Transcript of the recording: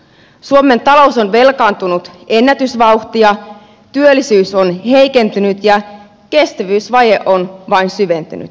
suomen talous on velkaantunut ennätysvauhtia työllisyys on heikentynyt ja kestävyysvaje on vain syventynyt